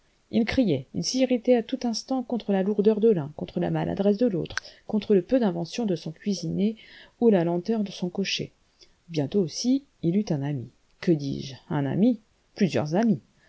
il criait il s'irritait à tout instant contre la lourdeur de l'un contre la maladresse de l'autre contre le peu d'invention de son cuisinier ou la lenteur de son cocber bientôt aussi il eut un ami que dis-je un ami plusieurs amis